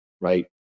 right